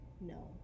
no